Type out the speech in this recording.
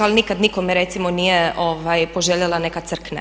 Ali nikad nikome recimo nije poželjela neka crkne.